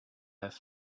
have